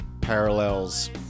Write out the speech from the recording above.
parallels